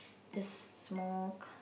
just smoke